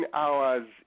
hours